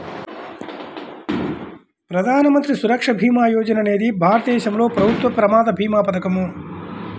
ప్రధాన మంత్రి సురక్ష భీమా యోజన అనేది భారతదేశంలో ప్రభుత్వ ప్రమాద భీమా పథకం